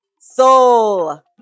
soul